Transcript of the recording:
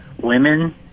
women